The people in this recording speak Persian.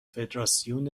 فدراسیون